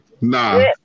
Nah